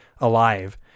alive